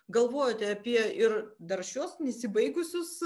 galvojote apie ir dar šiuos nesibaigusius